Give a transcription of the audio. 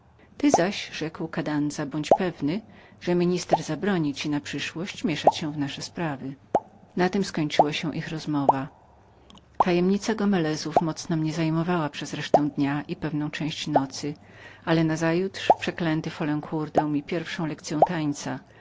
ty zaś rzekł kadanza bądź pewnym że minister zabroni ci na przyszłość mieszać się w nasze sprawy na tem skończyła się ich rozmowa tajemnica gomelezów mocno mnie zajmowała przez resztę dnia i pewną część nocy ale nazajutrz przeklęty folencour dał mi pierwszą lekcyę tańca